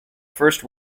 first